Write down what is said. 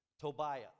Tobiah